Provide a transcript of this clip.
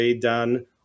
done